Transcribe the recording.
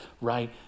right